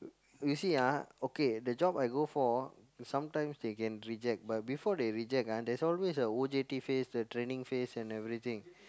you see ah okay the job I go for sometimes they can reject but before they reject ah there's always a O_J_T phase the training phase and everything